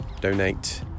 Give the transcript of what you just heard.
donate